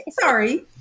Sorry